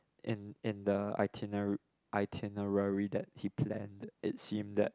in in the itiner~ itinerary that he planned it seem that